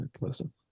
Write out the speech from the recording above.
listen